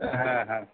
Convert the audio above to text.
হ্যাঁ হ্যাঁ